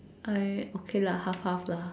I okay lah half half lah